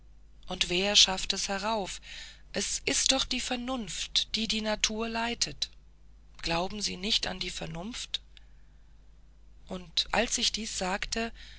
und wer schafft es herauf es ist doch die vernunft die die natur leitet glauben sie nicht an die vernunft und als ich dies sagte